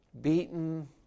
Beaten